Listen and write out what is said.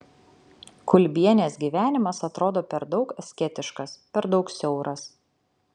kulbienės gyvenimas atrodo per daug asketiškas per daug siauras